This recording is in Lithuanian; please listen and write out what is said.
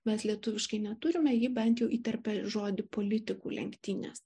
mes lietuviškai neturime ji bent jau įterpė žodį politikų lenktynės